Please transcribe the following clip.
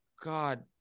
God